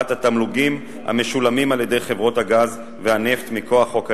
התמלוגים המשולמים על-ידי חברות הגז והנפט מכוח חוק הנפט.